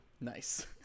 Nice